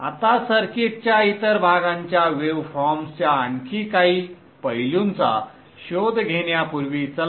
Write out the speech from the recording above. आता सर्किटच्या इतर भागांच्या वेवफॉर्म्सच्या आणखी काही पैलूंचा शोध घेण्यापूर्वी चला